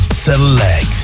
Select